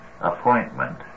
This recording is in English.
appointment